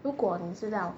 如果你知道